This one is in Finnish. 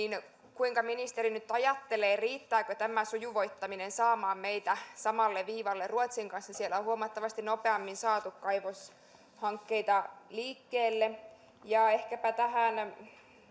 kuinka ministeri nyt ajattelee riittääkö tämä sujuvoittaminen saamaan meitä samalle viivalle ruotsin kanssa siellä on huomattavasti nopeammin saatu kaivoshankkeita liikkeelle ehkäpä tähän